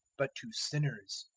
but to sinners.